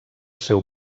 seu